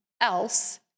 else